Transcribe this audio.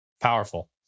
powerful